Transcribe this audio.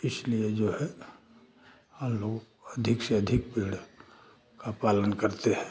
इसलिए जो है हम लोग अधिक से अधिक पेड़ का पालन करते हैं